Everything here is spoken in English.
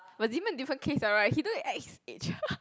but Zemen different case lah right he don't act his age